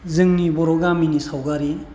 जोंनि बर' गामिनि सावगारि